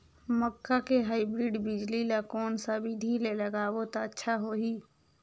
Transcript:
मक्का के हाईब्रिड बिजली ल कोन सा बिधी ले लगाबो त अच्छा होहि?